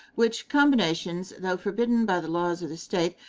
which combinations, though forbidden by the laws of the state,